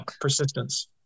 persistence